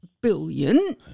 billion